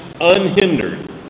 unhindered